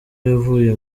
yavuye